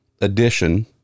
addition